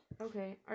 Okay